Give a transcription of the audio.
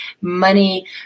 money